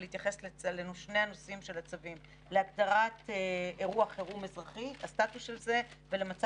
במקרה הזה: להכיל, להכיל, זו המדיניות.